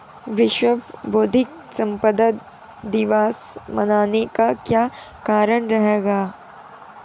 विश्व बौद्धिक संपदा दिवस मनाने का क्या कारण रहा होगा?